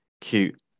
cute